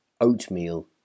oatmeal